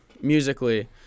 musically